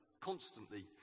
constantly